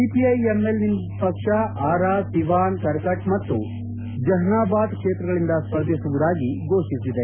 CPIML ಪಕ್ಷ ಆರಾ ಸಿವಾನ್ ಕರಕಟ್ ಮತ್ತು ಜಹ್ನಾಬಾದ್ ಕ್ಷೇತ್ರಗಳಿಂದ ಸ್ಪರ್ಧಿಸುವುದಾಗಿ ಘೋಷಿಸಿದೆ